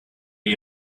you